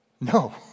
No